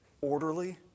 orderly